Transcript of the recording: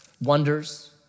wonders